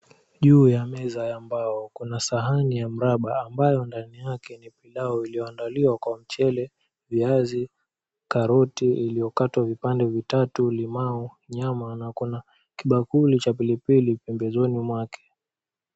Juu ya meza ya mbao, kuna sahani ya mraba ambao ndani yake ni pilau. Iliyoandaliwa kwa mchele, viazi, karoti iliyokatwa vipande vitatu, limau, nyama na kuna kibakuli cha pilipili pembezoni mwake.